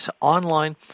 online